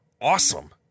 awesome